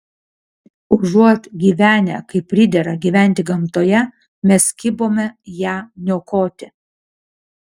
užuot gyvenę kaip pridera gyventi gamtoje mes kibome ją niokoti